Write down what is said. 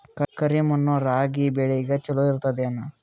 ಕರಿ ಮಣ್ಣು ರಾಗಿ ಬೇಳಿಗ ಚಲೋ ಇರ್ತದ ಏನು?